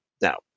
Now